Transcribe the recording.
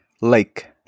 lake